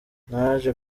naje